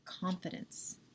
confidence